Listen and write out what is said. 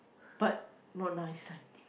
but not nice I think